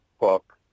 book